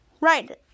right